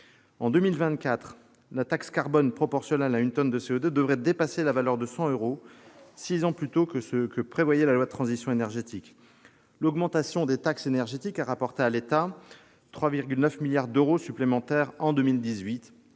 En 2024, la taxe carbone pour une tonne de CO2 devrait dépasser la valeur de 100 euros, six ans plus tôt que ce que prévoyait la loi relative à la transition énergétique. L'augmentation des taxes énergétiques a rapporté à l'État 3,9 milliards d'euros supplémentaires en 2018.